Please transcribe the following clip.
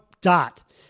dot